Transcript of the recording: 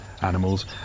animals